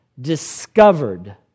discovered